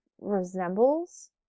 resembles